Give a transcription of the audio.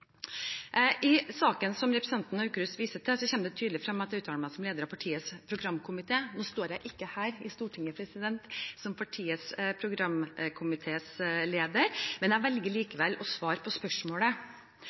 I saken som representanten Aukrust viser til, kommer det tydelig frem at jeg uttaler meg som leder av partiets programkomité. Nå står jeg ikke her i Stortinget som partiets programkomitéleder, men jeg velger